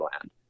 land